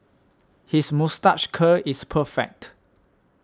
his moustache curl is perfect